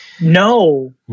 No